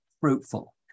fruitful